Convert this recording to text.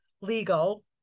legal